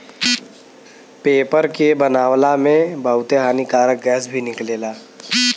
paper के बनावला में बहुते हानिकारक गैस भी निकलेला